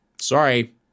Sorry